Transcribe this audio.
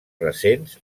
recents